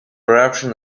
eruption